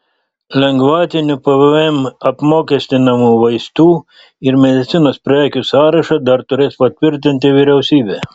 lengvatiniu pvm apmokestinamų vaistų ir medicinos prekių sąrašą dar turės patvirtinti vyriausybė